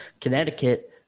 Connecticut